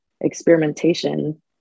experimentation